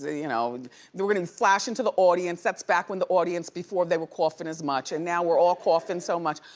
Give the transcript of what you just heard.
you know then we're gonna flash into the audience, that's back when the audience, before they were coughing as much, and now we're all coughing so much.